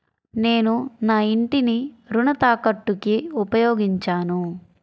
నేను నా ఇంటిని రుణ తాకట్టుకి ఉపయోగించాను